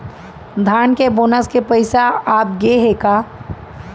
धान के बोनस के पइसा आप गे हे का?